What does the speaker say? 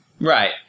Right